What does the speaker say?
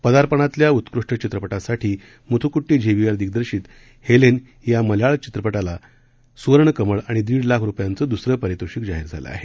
पदार्पणातल्या उत्कृष्ट चित्रपणासाठी मुथुकुट्टी झेविअर दिग्दर्शित हेलेन या मल्याळम चित्रपाला सुवर्ण कमळ आणि दीड लाख रुपयांचं दुसरं पारितोषिक जाहीर झालं आहे